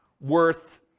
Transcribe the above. worth